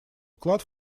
вклад